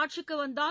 ஆட்சிக்கு வந்தால்